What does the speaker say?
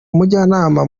umujyanama